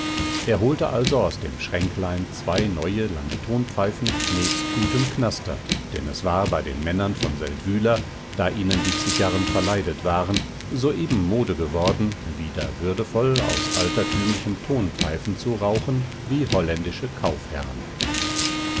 er holte also aus dem schränklein zwei neue lange tonpfeifen nebst gutem knaster denn es war bei den männern von seldwyla da ihnen die zigarren verleidet waren soeben mode geworden wieder würdevoll aus altertümlichen tonpfeifen zu rauchen wie holländische